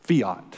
Fiat